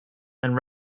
and